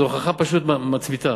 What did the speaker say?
זו הוכחה פשוט מצמיתה.